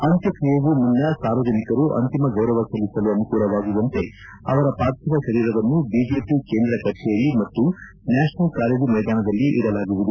ಅಂತ್ಯಕ್ರಿಯೆಗೂ ಮುನ್ನ ಸಾರ್ವಜನಿಕರು ಅಂತಿಮ ಗೌರವ ಸಲ್ಲಿಸಲು ಅನುಕೂಲವಾಗುವಂತೆ ಅವರ ಪಾರ್ಥೀವ ಶರೀರವನ್ನು ಬಿಜೆಪಿ ಕೇಂದ್ರ ಕಚೇರಿ ಮತ್ತು ನ್ಯಾಷನಲ್ ಕಾಲೇಜು ಮೈದಾನದಲ್ಲಿ ಇಡಲಾಗುವುದು